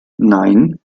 nein